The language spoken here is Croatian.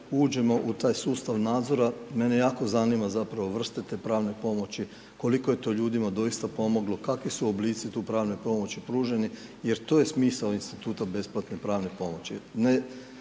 uđemo u taj sustav nadzora, mene jako zanima zapravo vrste te pravne pomoći, koliko je to ljudima doista pomoglo, kakvi su oblici tu pravne pomoći pruženi jer to je smisao instituta besplatne pravne pomoći.